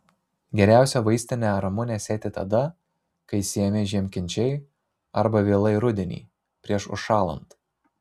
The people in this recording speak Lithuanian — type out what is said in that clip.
geriausia vaistinę ramunę sėti tada kai sėjami žiemkenčiai arba vėlai rudenį prieš užšąlant